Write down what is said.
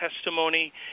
testimony